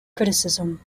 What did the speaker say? criticism